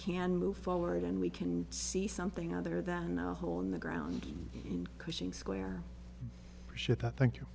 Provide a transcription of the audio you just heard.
can move forward and we can see something other than a hole in the ground in cushing square ship i thank